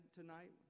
tonight